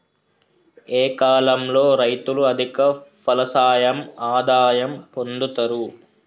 ఏ కాలం లో రైతులు అధిక ఫలసాయం ఆదాయం పొందుతరు?